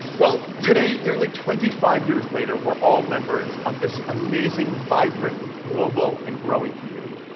well, today, nearly twenty five years later, we're all members of this amazing, vibrant, global, and growing community.